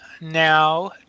now